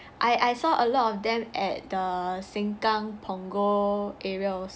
I I saw a lot of them at the sengkang punggol area also